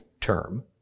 term